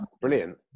Brilliant